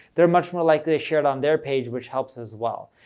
they're much more likely to share it on their page which helps as well.